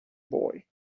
boy